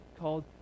called